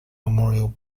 memorial